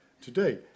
today